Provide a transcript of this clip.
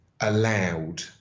allowed